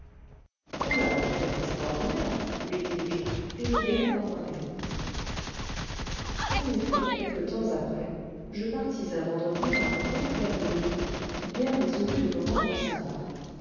ton aventure est extraordinaire lui dis-je et je verrai par moi-même en effet quelque tems après je partis un vendredi par un beau clair de lune bien résolu de me rendre au sabat